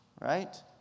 Right